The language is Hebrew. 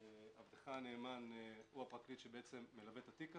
עבדך הנאמן הוא הפרקליט שמלווה את התיק הזה.